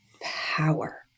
power